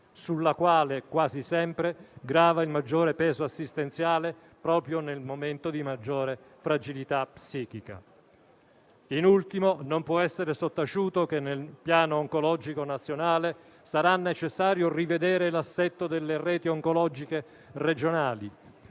sulla quale quasi sempre grava il maggiore peso assistenziale, proprio nel momento di maggiore fragilità psichica. In ultimo, non può essere sottaciuto che nel Piano oncologico nazionale sarà necessario rivedere l'assetto delle reti oncologiche regionali,